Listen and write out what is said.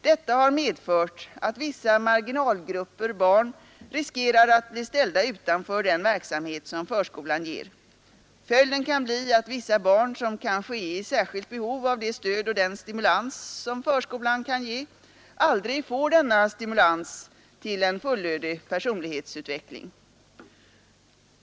Detta har medfört att vissa marginalgrupper barn riskerar att bli ställda utanför den verksamhet som förskolan ger. Följden kan bli att vissa barn, som kanske är i särskilt behov av det stöd och den stimulans förskolan kan ge, aldrig får denna stimulans till en fullödig personlighetsutveckling.